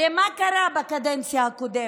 הרי מה קרה בקדנציה הקודמת?